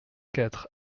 quatre